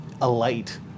alight